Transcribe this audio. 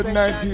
19